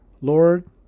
Lord